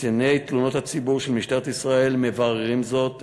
קציני תלונות הציבור של משטרת ישראל מבררים זאת,